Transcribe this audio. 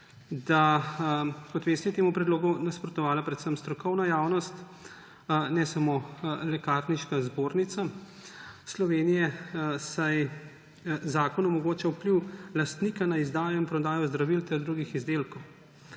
Kot veste, je temu predlogu nasprotovala predvsem strokovna javnost, ne samo Lekarniška zbornica Slovenije, saj zakon omogoča vpliv lastnika na izdajo in prodajo zdravil ter drugih izdelkov.